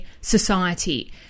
society